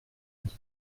dit